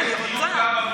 תקימו.